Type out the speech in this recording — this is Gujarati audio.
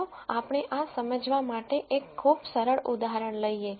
ચાલો આપણે આ સમજવા માટે એક ખૂબ સરળ ઉદાહરણ લઈએ